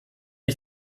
ich